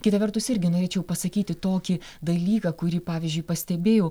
kita vertus irgi norėčiau pasakyti tokį dalyką kurį pavyzdžiui pastebėjau